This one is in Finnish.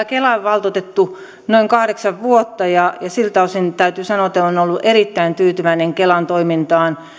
kelan valtuutettu noin kahdeksan vuotta ja ja täytyy sanoa että olen ollut erittäin tyytyväinen kelan toimintaan